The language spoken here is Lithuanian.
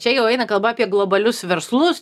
čia jau eina kalba apie globalius verslus